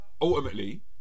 ultimately